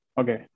Okay